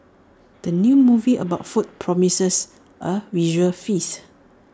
the new movie about food promises A visual feast